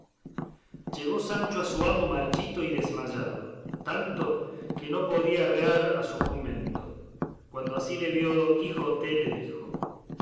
llegó sancho a su amo marchito y desmayado tanto que no podía arrear a su jumento cuando así le vio don quijote le dijo